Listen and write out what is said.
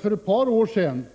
För ett par år sedan,